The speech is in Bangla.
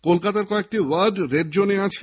কলকাতার কয়েকটি ওয়ার্ড রেড জোনে আছে